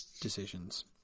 decisions